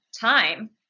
time